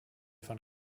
von